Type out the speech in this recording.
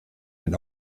den